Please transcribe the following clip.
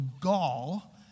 gall